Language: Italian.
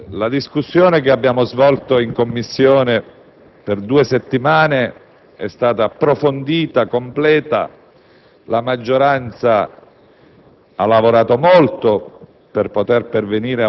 onorevoli colleghi, signori del Governo, la discussione svoltasi in Commissione per due settimane è stata approfondita e completa. La maggioranza